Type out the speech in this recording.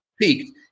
peaked